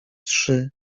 trzy